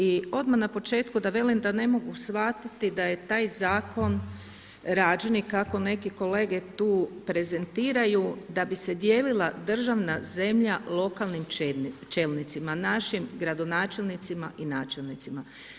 I odmah na početku da velim da ne mogu shvatiti da je taj zakon rađen i kako neki kolege tu prezentiraju, da bi se dijelila državna zemlja lokalnim čelnicima našim gradonačelnicima i načelnicima.